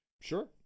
Sure